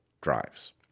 drives